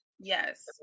yes